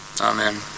amen